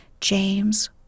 James